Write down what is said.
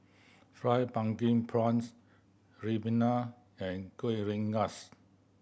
Fried Pumpkin Prawns ribena and Kueh Rengas